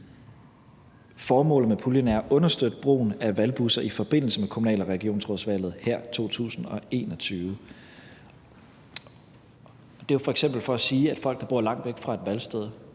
Formålet med puljen er at understøtte brugen af valgbusser i forbindelse med kommunal- og regionsrådsvalget her i 2021. Det er f.eks. for at sige, at folk, der bor langt væk fra et valgsted,